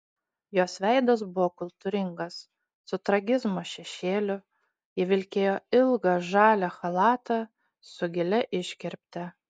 jos veidas buvo kultūringas su tragizmo šešėliu ji vilkėjo ilgą žalią chalatą su gilia iškirpte